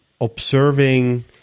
observing